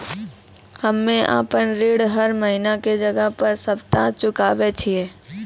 हम्मे आपन ऋण हर महीना के जगह हर सप्ताह चुकाबै छिये